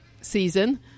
season